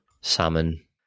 Salmon